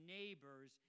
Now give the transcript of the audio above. neighbors